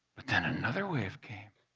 but then another wave came.